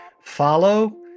follow